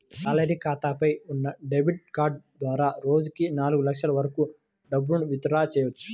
salary ఖాతాపై ఉన్న debit card ద్వారా రోజుకి నాలుగు లక్షల వరకు డబ్బులను విత్ డ్రా చెయ్యవచ్చు